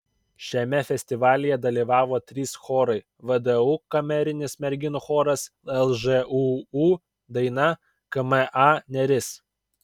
šiame festivalyje dalyvavo trys chorai vdu kamerinis merginų choras lžūu daina kma neris